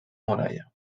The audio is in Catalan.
muralla